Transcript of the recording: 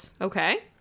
Okay